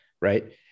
right